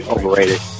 Overrated